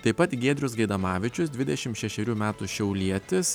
taip pat giedrius gaidamavičius dvidešim šešerių metų šiaulietis